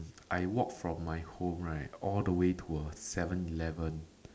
I walk from my home right all the way to a seven-eleven